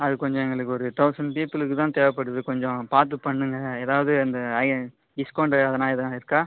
அது கொஞ்சம் எங்களுக்கு ஒரு தௌசண்ட் பீப்புலுக்கு தான் தேவைப்படுது கொஞ்சம் பார்த்து பண்ணுங்கள் எதாவது அந்த ஐ டிஸ்கௌண்ட் அது எதனால் எதுவும் இருக்கா